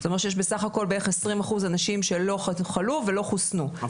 זה אומר שיש בסך הכל בערך 20% אנשים שלא חלו ולא חוסנו,